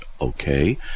Okay